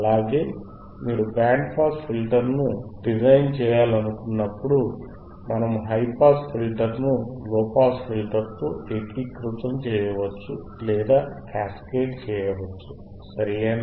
అలాగే మీరు band pass ఫిల్టర్ను డిజైన్ చేయాలనుకున్నప్పుడు మనము హైపాస్ ఫిల్టర్ను లోపాస్ ఫిల్టర్తో ఏకీకృతం చేయవచ్చు లేదా క్యాస్కేడ్ చేయవచ్చు సరియేనా